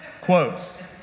quotes